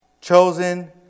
Chosen